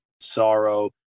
sorrow